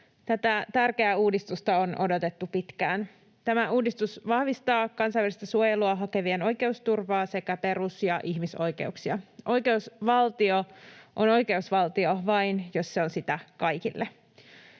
Tätä tärkeää uudistusta on odotettu pitkään. Tämä uudistus vahvistaa kansainvälistä suojelua hakevien oikeusturvaa sekä perus‑ ja ihmisoikeuksia. Oikeusvaltio on oikeusvaltio vain, jos se on sitä kaikille.